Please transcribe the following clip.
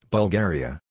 Bulgaria